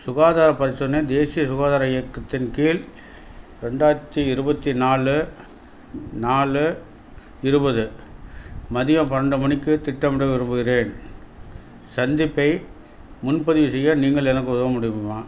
சுகாதாரப் பரிசோதனையைத் தேசிய சுகாதார இயக்கத்தின் கீழ் ரெண்டாயிரத்தி இருபத்தி நாலு நாலு இருபது மதியம் பன்னெண்டு மணிக்கு திட்டமிட விரும்புகிறேன் சந்திப்பை முன்பதிவு செய்ய நீங்கள் எனக்கு உதவ முடியுமா